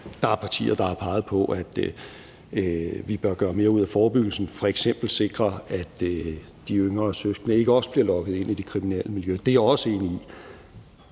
Der er partier, der har peget på, at vi bør gøre mere ud af forebyggelsen, f.eks. sikre, at de yngre søskende ikke også bliver lokket ind i det kriminelle miljø. Det er jeg også enig i.